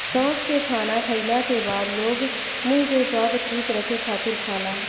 सौंफ के खाना खाईला के बाद लोग मुंह के स्वाद ठीक रखे खातिर खाला